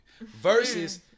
Versus